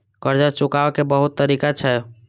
कर्जा चुकाव के बहुत तरीका छै?